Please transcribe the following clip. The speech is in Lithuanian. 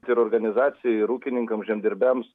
tai ir organizacijai ir ūkininkams žemdirbiams